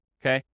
okay